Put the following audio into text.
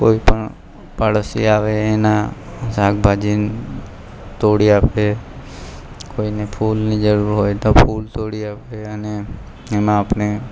કોઈ પણ પાડોશી આવે એના શાકભાજી તોડી આપે કોઈને ફૂલની જરૂર હોય તો ફૂલ તોડી આપે અને એમાં આપણે